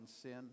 sin